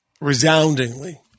Resoundingly